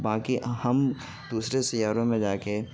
باقی ہم دوسرے سیاروں میں جا کے